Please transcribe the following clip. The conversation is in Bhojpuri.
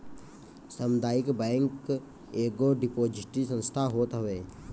सामुदायिक बैंक एगो डिपोजिटरी संस्था होत हवे